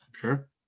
sure